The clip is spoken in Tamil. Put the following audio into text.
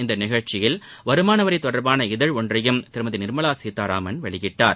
இந்த நிகழ்ச்சியில் வருமான வரி தொடர்பான இதழ் ஒன்றையும் திருமதி நிர்மலா சீதாராமன் வெளியிட்டார்